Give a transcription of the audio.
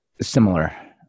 similar